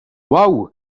wow